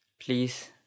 Please